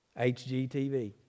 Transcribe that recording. HGTV